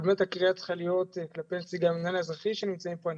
אבל באמת הקריאה צריכה להיות כלפי נציג המנהל האזרחי שנמצאים פה.